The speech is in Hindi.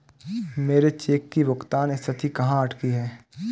मेरे चेक की भुगतान स्थिति कहाँ अटकी है?